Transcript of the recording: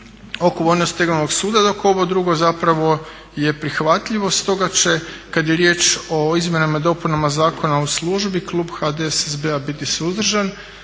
oko vojno-stegovnog suda. Dok ovo drugo zapravo je prihvatljivo. Stoga će kad je riječ o izmjenama i dopunama Zakona o službi klub HDSSB-a biti suzdržan.